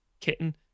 kitten